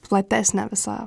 platesnę visą